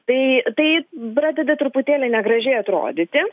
tai tai pradeda truputėlį negražiai atrodyti